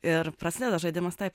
ir prasideda žaidimas taip